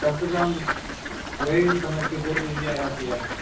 कम से कम वही समझ कर दे दीजिए